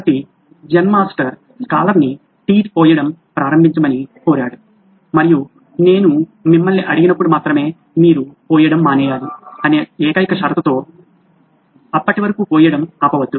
కాబట్టి Zen master scholar ని tea పోయడం ప్రారంభించమని కోరాడు మరియు నేను మిమ్మల్ని అడిగినప్పుడు మాత్రమే మీరు పోయడం మానేయాలి అనే ఏకైక షరతుతో అప్పటి వరకు పోయడం ఆపవద్దు